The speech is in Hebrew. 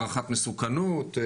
הערכת מסוכנות.